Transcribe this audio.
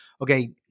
okay